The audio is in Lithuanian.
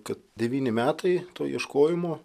kad devyni metai to ieškojimo